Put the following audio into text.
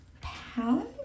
pound